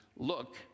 Look